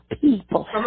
people